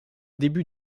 début